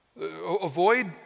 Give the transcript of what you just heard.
Avoid